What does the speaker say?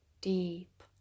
deep